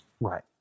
Right